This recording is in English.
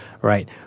right